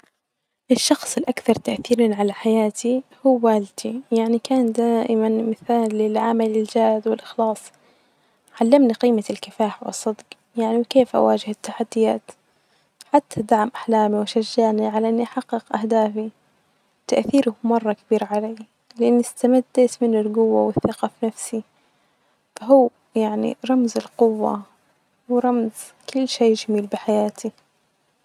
أحيانا أشتغل علي مشروع يتعلق بتطوير محتوي تعليمي أشعر يعني بحماس تجاهه لأنه يهدف إلي مساعدة الناس أنهم يتعلمون مهارات جديدة ويحققون بعد أهدافهم وأحلامهم، أحب فكرة إني أكون جزء من رحلة تعلم الآخرين وهذا الشئ بيخليني أشعر أنه بيكون له تأثير إيجابي علي المجتمع، في المستقبل أو في وقتنا الحاظر.